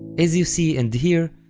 as you see and hear,